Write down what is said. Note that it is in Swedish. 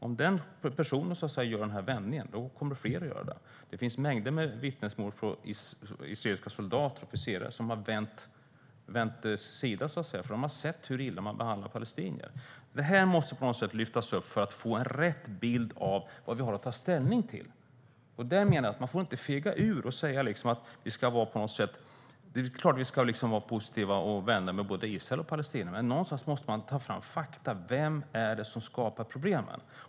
Om den personen gör en sådan vändning kommer fler att göra det. Det finns mängder av vittnesmål från israeliska soldater och officerare som har bytt sida, för de har sett hur illa man behandlar palestinier. Det här måste lyftas upp för att vi ska få rätt bild av vad vi har att ta ställning till. Man får inte fega ur. Det är klart att vi ska vara positiva och vara vänner med både Israel och Palestina, men man måste ta fram fakta: Vem är det som skapar problemen?